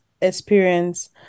experience